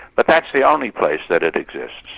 but that's the only place that it exists.